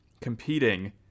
competing